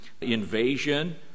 invasion